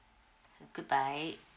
good bye